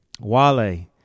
Wale